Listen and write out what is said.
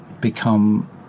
become